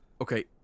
Okay